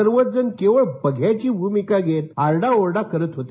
सर्वच जण केवळ बघ्याची भूमिका घेत आरडाओरडा करत होते